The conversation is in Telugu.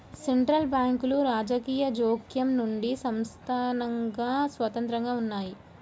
సెంట్రల్ బ్యాంకులు రాజకీయ జోక్యం నుండి సంస్థాగతంగా స్వతంత్రంగా ఉన్నయ్యి